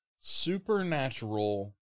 supernatural